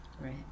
right